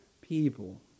people